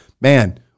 Man